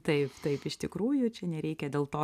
taip taip iš tikrųjų čia nereikia dėl to